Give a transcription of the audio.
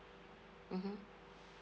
mmhmm